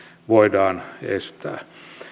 voidaan estää